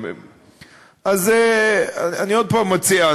אז אני עוד פעם מציע,